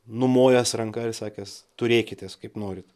numojęs ranka ir sakęs turėkitės kaip norit